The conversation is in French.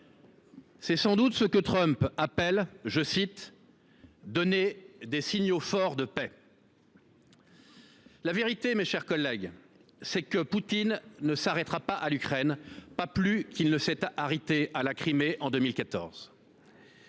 C’est sans doute ce que Trump appelle « donner des signaux forts de paix ». La vérité, mes chers collègues, c’est que Poutine ne s’arrêtera pas à l’Ukraine, pas plus qu’il ne s’est arrêté à la Crimée en 2014.